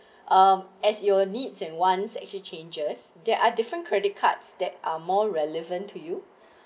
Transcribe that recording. um as your needs and once actually changes there are different credit cards that are more relevant to you